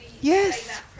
Yes